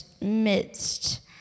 midst